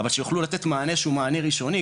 אבל שיוכלו לתת מענה שהוא מענה ראשוני,